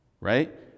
right